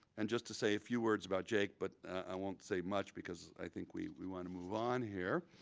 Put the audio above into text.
and just to say a few words about jake but i won't say much. because i think we we want to move on here.